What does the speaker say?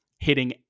hitting